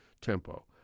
tempo